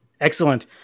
excellent